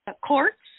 courts